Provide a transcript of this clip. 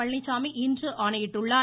பழனிச்சாமி இன்று ஆணையிட்டுள்ளார்